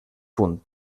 punt